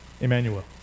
Emmanuel